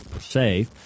say